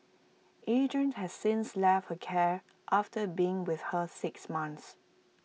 Adrian has since left her care after being with her six months